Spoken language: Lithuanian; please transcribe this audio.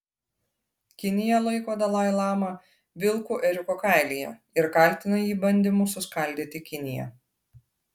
kinija laiko dalai lamą vilku ėriuko kailyje ir kaltina jį bandymu suskaldyti kiniją